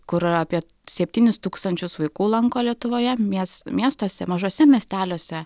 kur apie septynis tūkstančius vaikų lanko lietuvoje mies miestuose mažuose miesteliuose